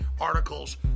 articles